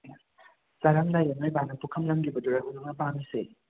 ꯆꯥꯔꯝꯗꯥꯏꯗ ꯅꯣꯏ ꯕꯥꯅ ꯄꯨꯈꯝ ꯂꯪꯈꯤꯕꯗꯨꯔꯕ ꯅꯪꯅ ꯄꯥꯝꯃꯤꯁꯦ